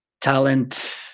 talent